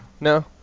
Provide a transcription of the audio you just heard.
No